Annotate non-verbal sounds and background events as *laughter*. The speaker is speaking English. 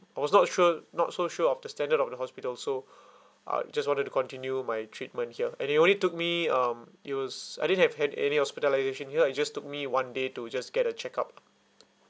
I was not sure not so sure of the standard of the hospital so *breath* I just wanted to continue my treatment here anyway it took me um it was I didn't have had any hospitalisation here it just took me one day to just get a check up